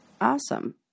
awesome